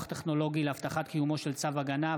טכנולוגי להבטחת קיומו של צו הגנה,